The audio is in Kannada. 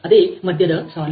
ಅದೇ ಮಧ್ಯದ ಸಾಲು